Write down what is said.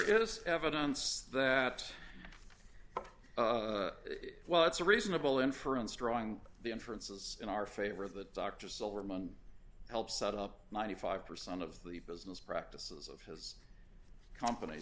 is evidence that well that's a reasonable inference drawing the inference is in our favor of the dr silverman help set up ninety five percent of the business practices of his companies